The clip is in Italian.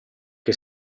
che